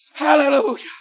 Hallelujah